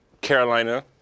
Carolina